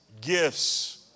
gifts